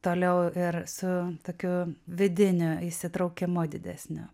toliau ir su tokiu vidiniu įsitraukimu didesniu